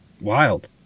wild